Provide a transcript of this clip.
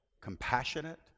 compassionate